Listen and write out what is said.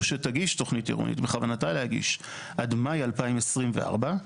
או שבכוונתה להגיש עד מאי 2024,